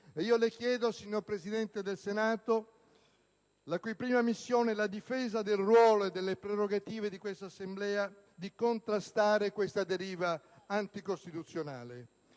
Chiedo dunque al Presidente del Senato, la cui prima missione è la difesa del ruolo e delle prerogative di questa Assemblea, di contrastare questa deriva anticostituzionale.